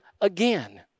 again